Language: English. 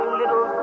little